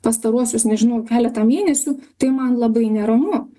pastaruosius nežinau keletą mėnesių tai man labai neramu